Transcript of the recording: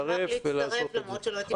להצטרף ולעשות את זה.